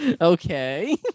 Okay